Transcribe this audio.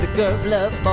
those love